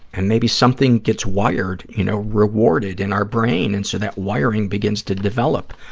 and maybe something gets wired, you know, rewarded in our brain, and so that wiring begins to develop,